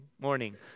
morning